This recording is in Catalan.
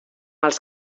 els